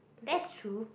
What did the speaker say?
that's true